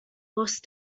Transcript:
lost